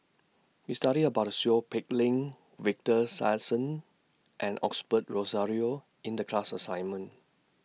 We studied about Seow Peck Leng Victor Sassoon and Rozario in The class assignment